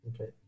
Okay